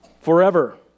forever